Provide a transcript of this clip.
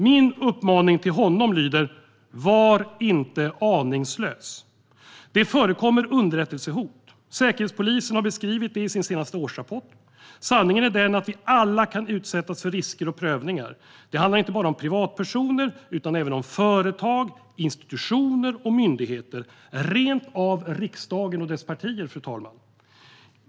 Min uppmaning till honom lyder: Var inte aningslös! Det förekommer underrättelsehot. Säkerhetspolisen har beskrivit det i sin senaste årsrapport. Sanningen är att vi alla kan utsättas för risker och prövningar. Det handlar inte bara om privatpersoner utan även om företag, institutioner och myndigheter - rent av om riksdagen och dess partier.